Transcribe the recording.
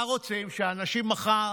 מה רוצים, שאנשים שיעלו מחר